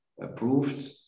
approved